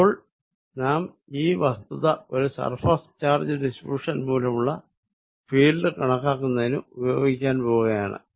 ഇപ്പോൾ നാം ഈ വസ്തുത ഒരു സർഫേസ് ചാർജ് ഡിസ്ട്രിബ്യുഷൻ മൂലമുള്ള ഫീൽഡ് കണക്കാക്കുന്നതിന് ഉപയോഗിക്കാൻ പോകുകയാണ്